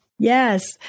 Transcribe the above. Yes